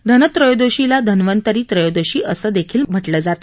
धनत्रयोदशीला धन्वंतरी व्रयोदशी असं देखील म्हणतात